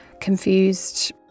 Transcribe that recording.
confused